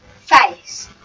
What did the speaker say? Face